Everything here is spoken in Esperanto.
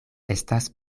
estas